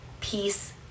peace